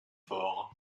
faure